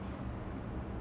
can can